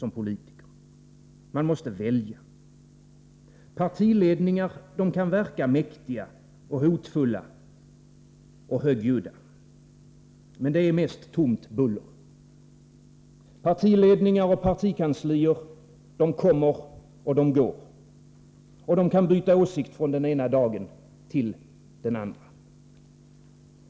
Man måste välja. Partiledningar kan verka mäktiga, hotfulla och högljudda. Men det är mest tomt buller. Partiledningar och partikanslier kommer och går. De kan byta åsikt från den ena dagen till den andra.